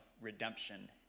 redemption